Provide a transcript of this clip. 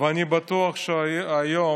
וכיוצא באלה.